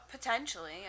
Potentially